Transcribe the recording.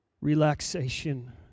relaxation